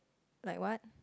like what